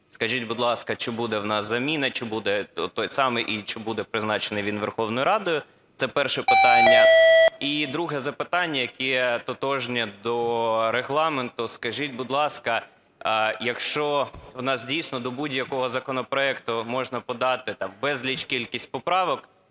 Скажіть, будь ласка, чи буле в нас заміна, чи буде той самий? Чи буде призначений він Верховною Радою? Це перше питання. І друге запитання, яке тотожне, до Регламенту. Скажіть, будь ласка, якщо в нас дійсно до будь-якого законопроекту можна подати там безліч поправок,